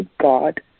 God